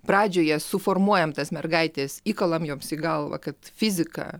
pradžioje suformuojam tas mergaites įkalam joms į galvą kad fizika